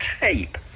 tape